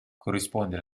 corrisponde